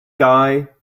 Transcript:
guy